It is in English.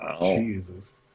Jesus